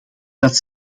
dat